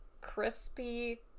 crispy